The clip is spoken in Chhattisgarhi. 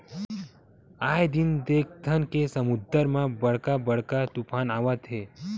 आए दिन देखथन के समुद्दर म बड़का बड़का तुफान आवत हे